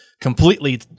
completely